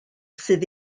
sydd